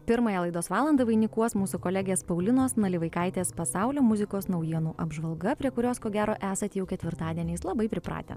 pirmąją laidos valandą vainikuos mūsų kolegės paulinos nalivaikaitės pasaulio muzikos naujienų apžvalga prie kurios ko gero esat jau ketvirtadieniais labai pripratę